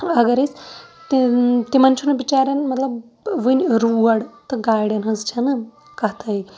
اَگَر أسۍ تِمَن چھُنہٕ بِچارِٮ۪ن مَطلَب وٕنہِ روڈ تہٕ گاڑٮ۪ن ہِنٛز چھَنہٕ کَتھٕے